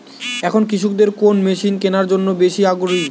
এখন কৃষকদের কোন মেশিন কেনার জন্য বেশি আগ্রহী?